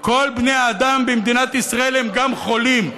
כל בני האדם במדינת ישראל הם גם חולים.